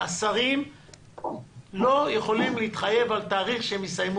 השרים לא יכולים להתחייב על תאריך שהם יסיימו